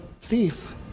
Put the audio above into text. thief